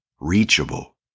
reachable